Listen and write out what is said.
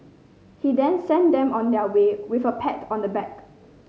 he then sent them on their way with a pat on the back